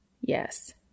Yes